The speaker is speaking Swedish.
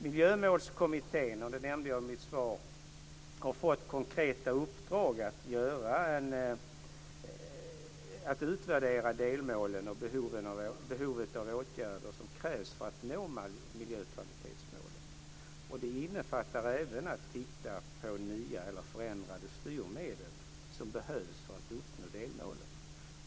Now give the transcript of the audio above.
Miljömålskommittén har, som jag nämnde i mitt svar, fått konkreta uppdrag att utvärdera delmålen och se över behovet av åtgärder som krävs för att nå miljökvalitetsmålen. Det innefattar även att titta närmare på nya eller förändrade styrmedel som behövs för att uppnå delmålen.